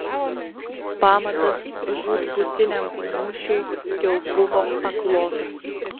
pamatas žūtbūtiniam mūšiui jau buvo paklotas